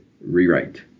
rewrite